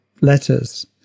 letters